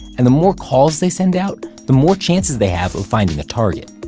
and the more calls they send out, the more chances they have of finding a target.